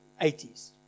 80s